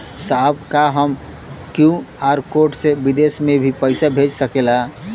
साहब का हम क्यू.आर कोड से बिदेश में भी पैसा भेज सकेला?